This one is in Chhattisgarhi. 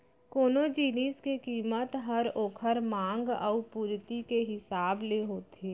कोनो जिनिस के कीमत हर ओकर मांग अउ पुरती के हिसाब ले होथे